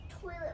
toilet